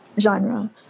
genre